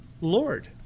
Lord